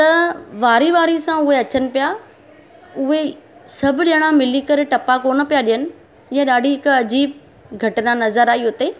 त वारे वारे सां उहे अचनि पिया उहे सभु ॼणा मिली करे टपा कोन पिया ॾियनि इहा ॾाढी हिकु अजीबु घटना नज़र आई उते